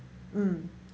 mm